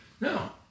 No